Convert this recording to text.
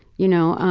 you know,